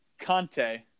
Conte